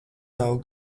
nav